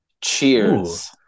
cheers